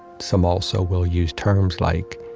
some also will use terms like,